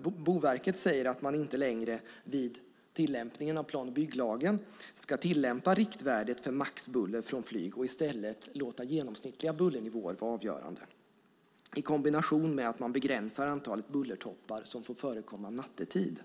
Boverket säger att man inte längre vid tillämpningen av plan och bygglagen ska tillämpa riktvärdet för maxbuller från flyg och i stället låta genomsnittliga bullernivåer vara avgörande i kombination med att man begränsar antalet bullertoppar som får förekomma nattetid.